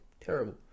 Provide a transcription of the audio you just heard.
terrible